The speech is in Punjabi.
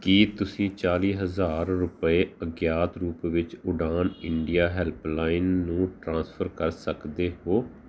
ਕੀ ਤੁਸੀਂਂ ਚਾਲ੍ਹੀ ਹਜ਼ਾਰ ਰੁਪਏ ਅਗਿਆਤ ਰੂਪ ਵਿੱਚ ਉਡਾਣ ਇੰਡੀਆ ਹੈਲਪਲਾਈਨ ਨੂੰ ਟ੍ਰਾਂਸਫਰ ਕਰ ਸਕਦੇ ਹੋ